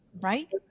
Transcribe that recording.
right